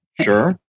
Sure